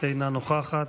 אינה נוכחת,